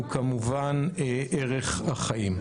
הוא ערך החיים כמובן.